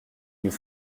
nous